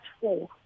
four